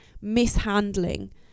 mishandling